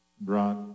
brought